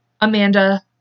Amanda